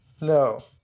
no